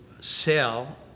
sell